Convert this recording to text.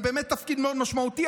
זה באמת תפקיד מאוד משמעותי,